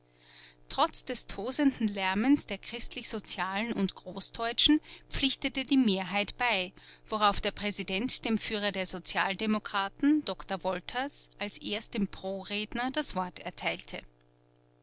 trotz des tosenden lärmens der christlichsozialen und großdeutschen pflichtete die mehrheit bei worauf der präsident dem führer der sozialdemokraten doktor wolters als erstem proredner das wort erteilte